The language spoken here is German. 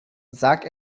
sag